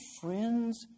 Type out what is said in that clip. friends